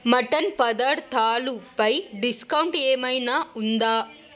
mutton పదార్ధాలుపై discount ఏమైనా ఉందా